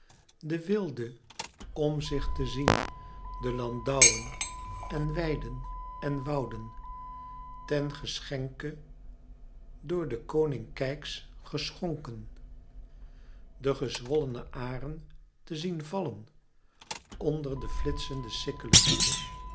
de weelde om zich te zien de landouwen en weiden en wouden ten geschenke door den koning keyx geschonken de gezwollene aren te zien vallen onder de flitsende sikkelen